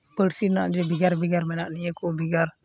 ᱯᱟᱹᱨᱥᱤ ᱨᱱᱟᱜ ᱜᱮ ᱵᱷᱮᱜᱟᱨ ᱵᱷᱮᱜᱟᱨ ᱢᱮᱱᱟᱜᱼᱟ ᱱᱤᱭᱟᱹ ᱠᱚ ᱵᱷᱮᱜᱟᱨ